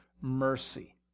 mercy